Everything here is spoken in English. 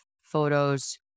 photos